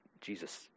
Jesus